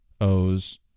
O's